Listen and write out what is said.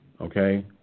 Okay